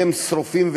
כשהם שרופים.